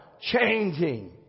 changing